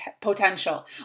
potential